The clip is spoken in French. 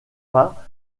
pas